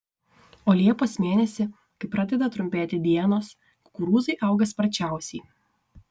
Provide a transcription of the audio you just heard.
o liepos mėnesį kai pradeda trumpėti dienos kukurūzai auga sparčiausiai